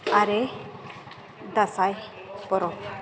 ᱟᱨᱮ ᱫᱟᱸᱥᱟᱭ ᱯᱚᱨᱚᱵᱽ